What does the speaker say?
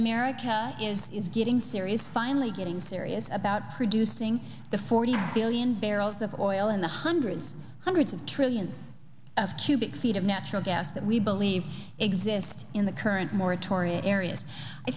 america is is getting serious finally getting serious about producing the forty billion barrels of oil in the hundreds hundreds of trillions of cubic feet of natural gas that we believe exist in the current moratorium area i